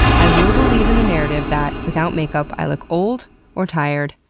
i will believe in the narrative that without makeup i look old or tired,